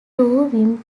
two